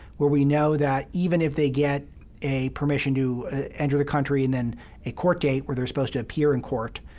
where we know that even if they get a permission to enter the country and then a court date where they're supposed to appear in court,